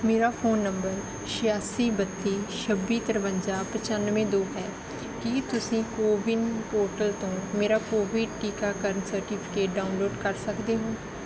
ਮੇਰਾ phone number ਛਿਆਸੀ ਬੱਤੀ ਛੱਬੀ ਤਰਵੰਜਾ ਪਚਾਨਵੇਂ ਦੋ ਹੈ ਕੀ ਤੁਸੀਂ ਕੋਵਿਨ ਪੋਰਟਲ ਤੋਂ ਮੇਰਾ ਕੋਵਿਡ ਟੀਕਾਕਰਨ ਸਰਟੀਫਿਕੇਟ ਡਾਊਨਲੋਡ ਕਰ ਸਕਦੇ ਹੋ